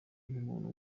nk’umuntu